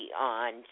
on